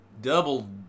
double